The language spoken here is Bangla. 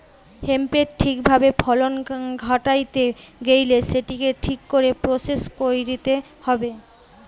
হেম্পের ঠিক ভাবে ফলন ঘটাইতে গেইলে সেটিকে ঠিক করে প্রসেস কইরতে হবে